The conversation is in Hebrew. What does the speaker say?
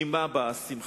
ממה באה השמחה?